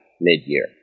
mid-year